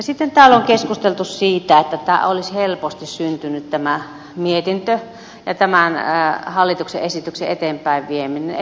sitten täällä on keskusteltu siitä että tämä mietintö olisi helposti syntynyt ja tämän hallituksen esityksen eteenpäinvieminen